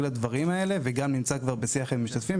לדברים האלה וגם נמצא כבר בשיח עם משתתפים.